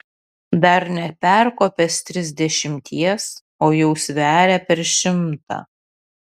dar neperkopęs trisdešimties o jau sveria per šimtą